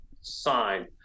sign